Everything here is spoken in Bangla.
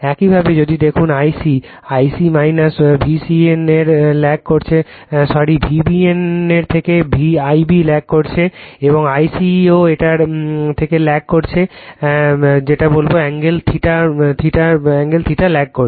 একইভাবে যদি দেখুন Ic Ic ও VCN এর থেকে ল্যাগ করছে সরি VBN এর থেকে Ib ল্যাগ করছে এবং Ic ও এটার থেকে ল্যাগ করছে বাই যেটা বলবো বাই অ্যাঙ্গেল θ